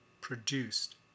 produced